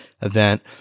event